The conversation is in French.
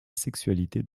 sexualité